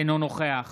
אינו נוכח